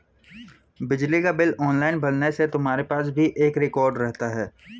बिजली का bill online भरने से तुम्हारे पास भी एक रिकॉर्ड रहता है